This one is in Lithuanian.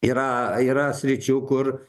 yra yra sričių kur